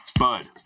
Bud